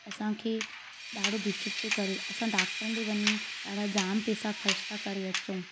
असांखे ॾाढो दूषित थो करे असां डॉक्टरनि ॾिए वञी ॾाढा जाम पैसा ख़र्च था करे अचूं